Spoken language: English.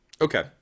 Okay